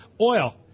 Oil